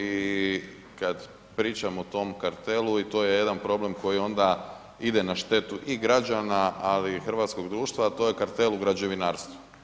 I kada pričam o tom kartelu i to je jedan problem koji ide na štetu i građana, ali i hrvatskog društva, a to je kartel u građevinarstvu.